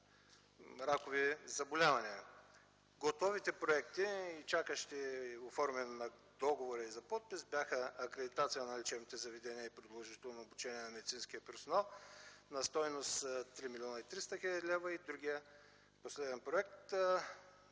ракови заболявания. Готовите проекти, чакащи оформяне на договори за подпис, бяха „Акредитация на лечебните заведения и продължително обучение на медицинския персонал” на стойност 3 млн. 300 хил. лв., другият последен проект